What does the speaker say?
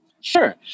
Sure